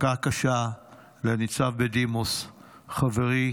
מכה קשה לניצב בדימוס חברי